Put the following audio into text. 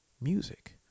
music